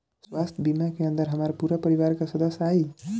स्वास्थ्य बीमा के अंदर हमार पूरा परिवार का सदस्य आई?